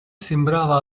sembrava